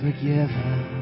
Forgiven